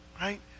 Right